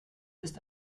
ist